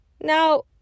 Now